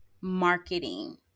Marketing